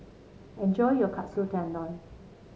enjoy your Katsu Tendon